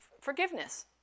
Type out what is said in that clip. forgiveness